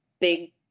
big